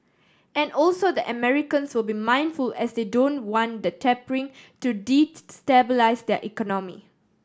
and also the Americans will be mindful as they don't want the tapering to destabilise their economy